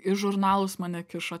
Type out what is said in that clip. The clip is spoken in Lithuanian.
į žurnalus mane kišo